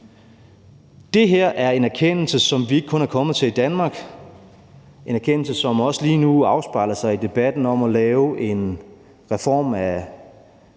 Det her er en erkendelse, som vi ikke kun er kommet til i Danmark, men en erkendelse, som lige nu også afspejler sig i debatten om at lave en reform af